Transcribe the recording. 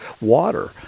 water